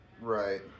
right